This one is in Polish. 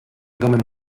domem